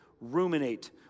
ruminate